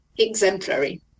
exemplary